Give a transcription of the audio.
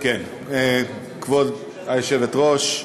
כבוד היושבת-ראש,